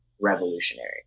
revolutionary